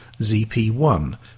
ZP1